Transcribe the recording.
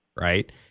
right